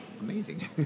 amazing